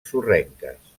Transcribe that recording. sorrenques